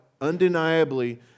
undeniably